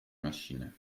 machine